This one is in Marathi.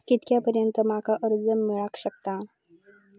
कितक्या पर्यंत माका कर्ज मिला शकता?